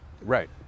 Right